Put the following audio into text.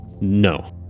No